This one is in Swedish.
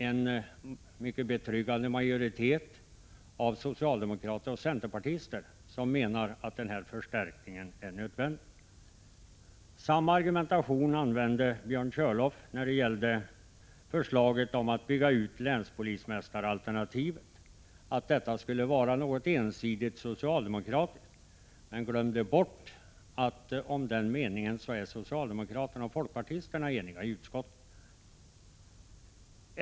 En mycket betryggande majoritet av socialdemokrater och centerpartister menar att en sådan här förstärkning är nödvändig. Samma argument som tidigare nämnts anförde Björn Körlof när det gällde förslaget att bygga ut länspolismästaralternativet — nämligen att detta skulle vara något ensidigt socialdemokratiskt. Han glömde bort att socialdemokraterna och folkpartisterna i utskottet är eniga på den punkten.